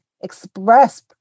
express